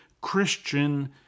Christian